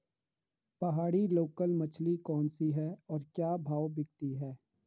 पहाड़ी लोकल मछली कौन सी है और क्या भाव बिकती है?